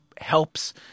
helps